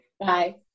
Bye